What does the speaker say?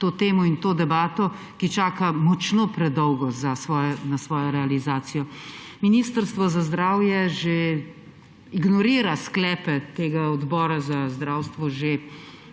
to temo in to debato, ki čaka močno predolgo na svojo realizacijo. Ministrstvo za zdravje ignorira sklepe Odbora za zdravstvo že